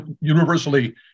universally